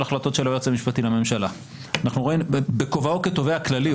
החלטות של היועץ המשפטי לממשלה בכובעו כתובע כללי,